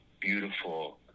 beautiful